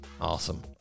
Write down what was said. Awesome